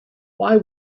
why